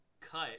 Cut